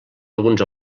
alguns